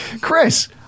Chris